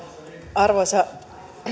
arvoisa